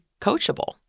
coachable